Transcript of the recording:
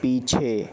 पीछे